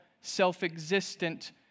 self-existent